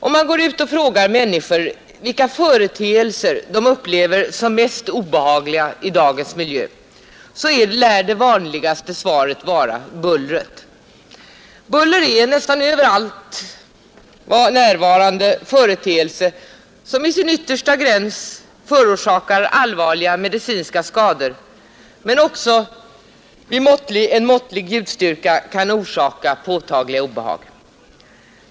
Om man går ut och frågar människor vilken företeelse de upplever som mest obehaglig i dagens miljö lär det vanligaste svaret vara: Bullret! Buller är en nästan överallt närvarande företeelse som i sin yttersta gräns kan förorsaka allvarliga medicinska skador, men även en måttlig ljudstyrka orsakar påtagliga obehag.